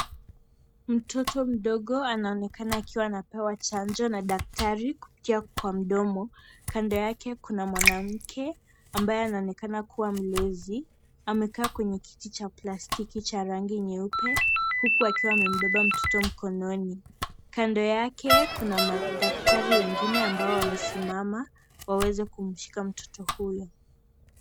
Mtoto mdogo anaonekana kuwa anapewa chanjo na daktari kupitia kwa mdomo. kando yake kuna mwanamke ambaye anaonekana kuwa mlezi. Amekaa kwenye kiti cha plastiki cha rangi nyeupe huku akiwa amembeba mtoto mkononi. Kando yake kuna madaktari wengine ambao wamesimama waweze kumshika mtoto huyo.